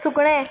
सुकणें